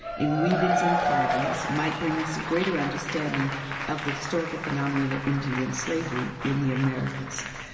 in weavings and carvings, might bring us a greater understanding of the historical phenomenal of indian slavery in the americas.